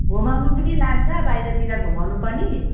घुमाउनु पनि लान्छ बाइरतिर घुमाउनु पनि